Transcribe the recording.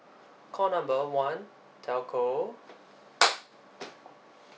call number one telco